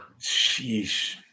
Sheesh